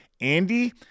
Andy